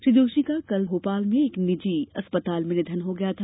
श्री जोशी का कल भोपाल के एक निजी अस्पताल में निधन हो गया था